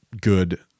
good